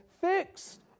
fixed